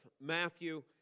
Matthew